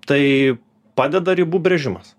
tai padeda ribų brėžimas